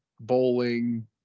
bowling